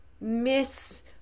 Miss